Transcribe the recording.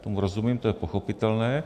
Tomu rozumím, to je pochopitelné.